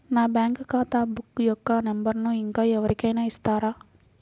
నా బ్యాంక్ ఖాతా బుక్ యొక్క నంబరును ఇంకా ఎవరి కైనా ఇస్తారా?